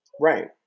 Right